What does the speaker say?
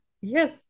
yes